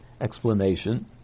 explanation